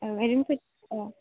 ओ ओरैनो ओ